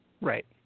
Right